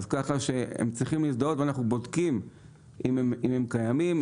אז ככה שהם צריכים להזדהות ואנחנו בודקים אם הם קיימים.